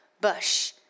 bush